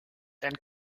and